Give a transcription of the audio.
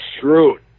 shrewd